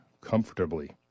comfortably